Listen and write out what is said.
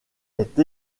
est